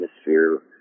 atmosphere